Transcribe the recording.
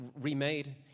remade